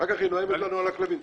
תקשיבי.